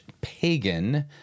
pagan